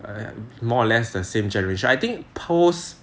err more or less the same generation I think post